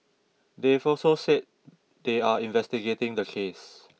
they've also said they are investigating the case